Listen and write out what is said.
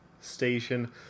station